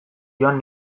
joan